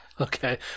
Okay